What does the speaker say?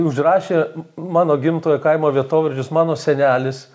užrašė mano gimtojo kaimo vietovardžius mano senelis